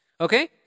Okay